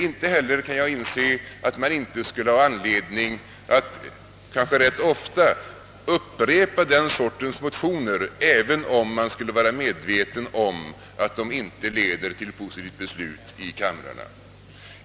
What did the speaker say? Inte heller kan jag inse att man inte skulle ha anledning att — kanske rätt ofta — upprepa den sortens motioner även om man skulle vara medveten om att de inte leder till positiva beslut i kammaren.